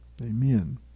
Amen